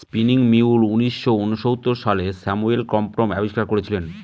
spinning mule উনিশশো ঊনসত্তর সালে স্যামুয়েল ক্রম্পটন আবিষ্কার করেছিলেন